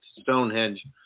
Stonehenge